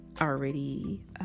already